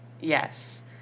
Yes